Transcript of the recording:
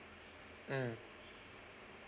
mm